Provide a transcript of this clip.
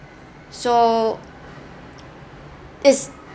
so is